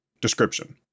Description